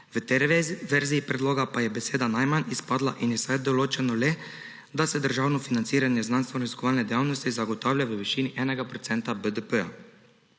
v tej verziji predloga pa je beseda »najmanj« izpadla in je zdaj določeno le, da se državno financiranje znanstvenoraziskovalne dejavnosti zagotavlja v višini enega